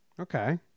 Okay